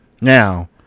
Now